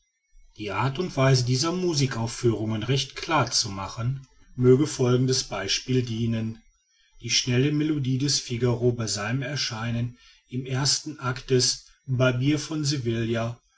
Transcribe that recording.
die art und weise dieser musikaufführungen recht klar zu machen möge folgendes beispiel dienen die schnelle melodie des figaro bei seinem erscheinen im ersten act des barbiers von sevilla